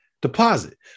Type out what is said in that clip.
deposit